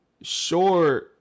Sure